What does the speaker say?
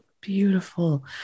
beautiful